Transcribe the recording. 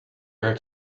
her